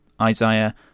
Isaiah